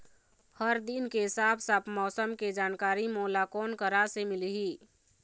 हर दिन के साफ साफ मौसम के जानकारी मोला कोन करा से मिलही?